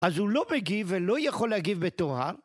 אז הוא לא מגיב ולא יכול להגיב בתורה.